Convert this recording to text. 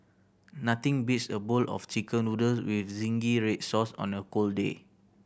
nothing beats a bowl of Chicken Noodles with zingy red sauce on a cold day